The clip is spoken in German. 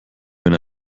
wenn